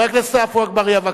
חבר הכנסת עפו אגבאריה,